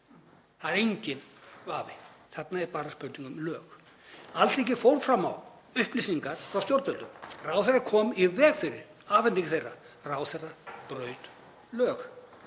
Það er enginn vafi á því, þetta er bara spurning um lög. Alþingi fór fram á upplýsingar frá stjórnvöldum. Ráðherrann kom í veg fyrir afhendingu þeirra. Ráðherra braut lög.